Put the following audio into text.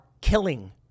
killing